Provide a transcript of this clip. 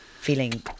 feeling